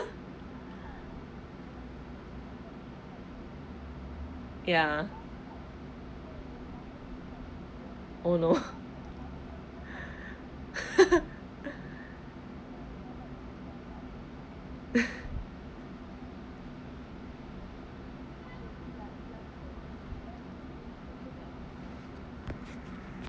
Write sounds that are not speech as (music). ya oh no (laughs)